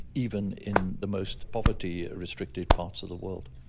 even in the most poverty restricted parts of the world.